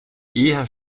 eher